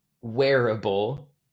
wearable